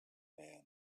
man